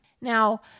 Now